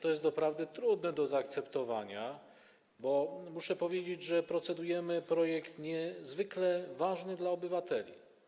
To jest doprawdy trudne do zaakceptowania, bo muszę powiedzieć, że procedujemy nad projektem niezwykle ważnym dla obywateli.